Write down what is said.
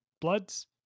bloods